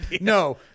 No